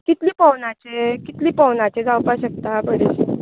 कितली पोवनाचें कितली पोवनाचें जावपा शकता बरेशें